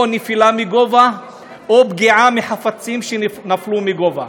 או נפילה מגובה או פגיעה מחפצים שנפלו מגובה,